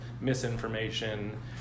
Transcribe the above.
misinformation